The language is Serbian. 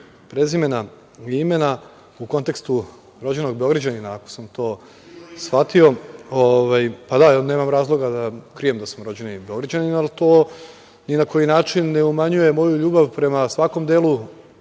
prezimena i imena u kontekstu rođenog Beograđanina, ako sam to shvatio. Da, nemam razloga da krijem da sam rođeni Beograđanin, ali to ni na koji način ne umanjuje moju ljubav prema svakom delu